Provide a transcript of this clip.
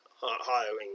Hiring